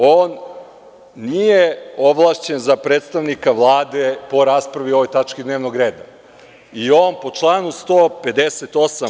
On nije ovlašćen za predstavnika Vlade po raspravi o ovoj tački dnevnog reda i on po članu 158.